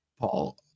Paul